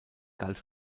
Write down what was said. galt